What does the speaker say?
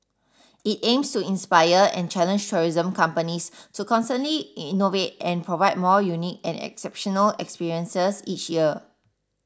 it aims to inspire and challenge tourism companies to constantly innovate and provide more unique and exceptional experiences each year